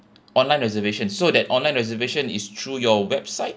online reservation so that online reservation is through your website